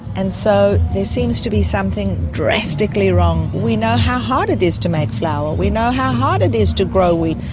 and so there seems to be something drastically wrong. we know how hard it is to make flour, we know how hard it is to grow wheat,